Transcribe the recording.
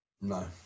No